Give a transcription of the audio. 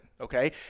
okay